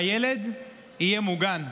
הילד יהיה מוגן.